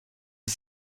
les